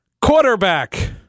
quarterback